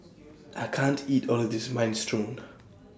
I can't eat All of This Minestrone